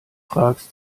fragst